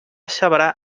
sabrà